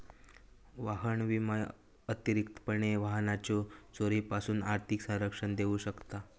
वाहन विमा अतिरिक्तपणे वाहनाच्यो चोरीपासून आर्थिक संरक्षण देऊ शकता